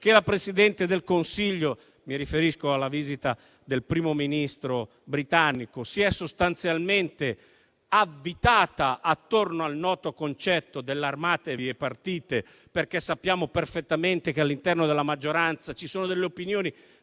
che la Presidente del Consiglio - mi riferisco alla visita del Primo ministro britannico - si è sostanzialmente avvitata attorno al noto concetto dell'armatevi e partite. Sappiamo perfettamente che all'interno della maggioranza ci sono delle opinioni